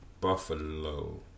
Buffalo